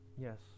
Yes